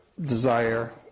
desire